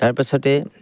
তাৰপাছতে